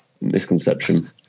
misconception